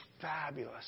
fabulous